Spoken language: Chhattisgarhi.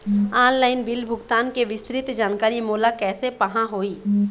ऑनलाइन बिल भुगतान के विस्तृत जानकारी मोला कैसे पाहां होही?